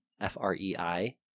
F-R-E-I